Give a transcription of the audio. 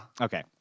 Okay